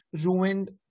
ruined